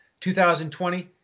2020